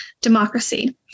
democracy